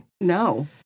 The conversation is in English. no